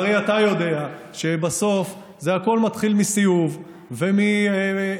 הרי אתה יודע שבסוף הכול מתחיל מסיאוב ובעצם